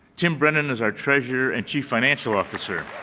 tim brennen is our treasurer and chief financial officer